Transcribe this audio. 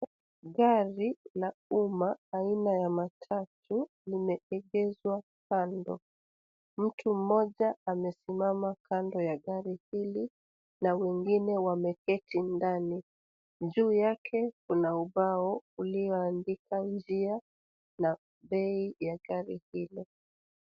Gari la umma aina ya matatu limeegezwa kando. Mtu mmoja amesimama kando ya gari hili na wengine wameketi ndani. Juu yake kuna ubao ulioandikwa njia na bei ya gari hilo.